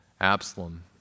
Absalom